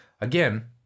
again